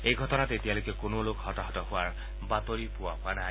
এই ঘটনাত এতিয়ালৈকে কোনো লোক হতাহত হোৱাৰ বাতৰি পোৱা হোৱা নাই